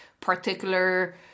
particular